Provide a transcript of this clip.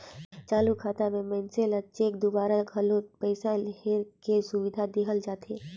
चालू खाता मे मइनसे ल चेक दूवारा घलो पइसा हेरे के सुबिधा देहल जाथे